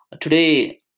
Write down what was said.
Today